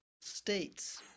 states